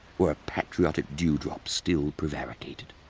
where a patriotic dewdrop still prevaricated.